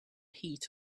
heat